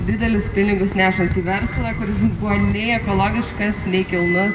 didelius pinigus nešantį verslą kur buvo nei ekologiškas nei kilnus